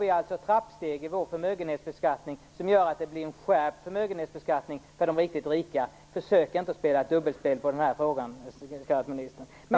Det finns trappsteg i Vänsterpartiets förmögenhetsbeskattning som gör att den blir skärpt för de riktigt rika. Försök inte att spela ett dubbelspel i den här frågan, skatteministern!